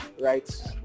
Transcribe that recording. right